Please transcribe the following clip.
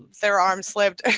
their arm slipped.